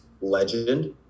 legend